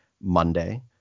Monday